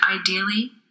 ideally